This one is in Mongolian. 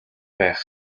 байх